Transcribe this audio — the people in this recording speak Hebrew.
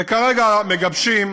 כרגע מגבשים